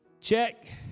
Check